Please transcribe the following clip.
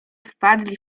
wpadli